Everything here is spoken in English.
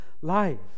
life